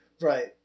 right